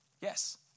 Yes